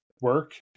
work